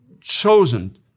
chosen